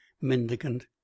mendicant